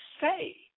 say